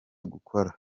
gukora